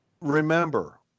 remember